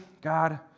God